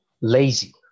lazy